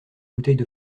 bouteille